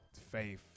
faith